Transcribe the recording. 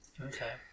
Okay